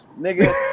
nigga